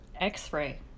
x-ray